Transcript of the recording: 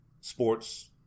sports